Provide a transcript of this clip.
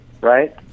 right